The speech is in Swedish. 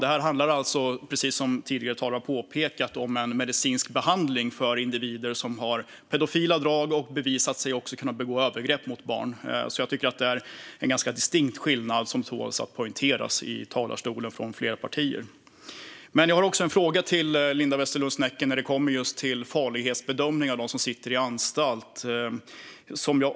Det här handlar, precis som tidigare talare har påpekat, om en medicinsk behandling för individer som har pedofila drag och har bevisats kunna begå övergrepp mot barn. Jag tycker att det är en ganska distinkt skillnad som tål att poängteras i talarstolen av fler partier. Jag har också en fråga till Linda Westerlund Snecker när det gäller just farlighetsbedömning av dem som sitter på anstalt.